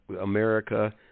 America